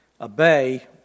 Obey